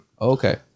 okay